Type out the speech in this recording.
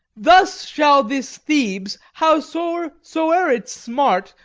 thus shall this thebes, how sore soe'er it smart,